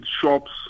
shops